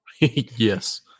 Yes